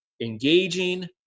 engaging